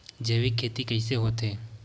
जैविक खेती कइसे होथे?